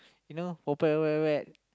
you know potpet potpet potpet